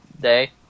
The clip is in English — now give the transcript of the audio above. day